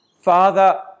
Father